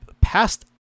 past